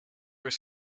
were